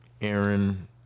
Aaron